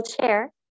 chair